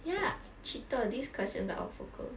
ya cheater these questions are all for girls